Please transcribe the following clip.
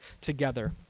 together